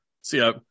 See